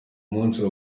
munsi